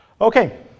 Okay